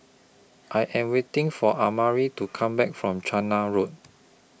I Am waiting For Amari to Come Back from Chander Road